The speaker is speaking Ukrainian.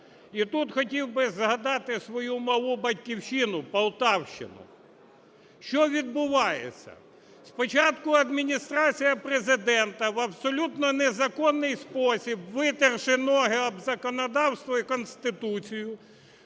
І тут хотів би згадати свою малу Батьківщину – Полтавщину. Що відбувається? Спочатку Адміністрація Президента в абсолютно незаконний спосіб, витерши ноги об законодавство і Конституцію,